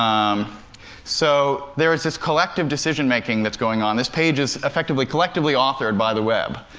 um so there's this collective decision-making that's going on. this page is effectively, collectively authored by the web,